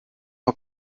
mal